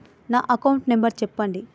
నా account number చెప్పండి?